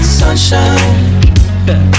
sunshine